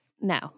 No